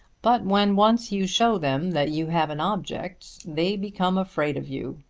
but when once you show them that you have an object, they become afraid of you.